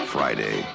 Friday